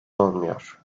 olmuyor